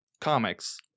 comics